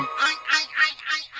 i